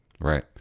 Right